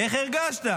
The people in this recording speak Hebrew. איך הרגשתי.